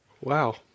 Wow